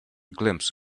glimpse